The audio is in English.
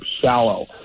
shallow